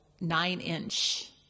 nine-inch